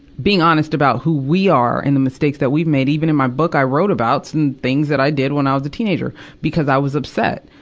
being honest about who we are and the mistakes that we've made even in my book, i wrote about some things that i did when i was a teenager because i was upset.